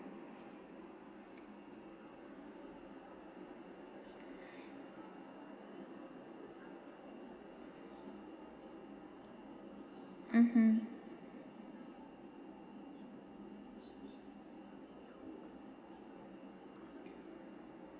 mmhmm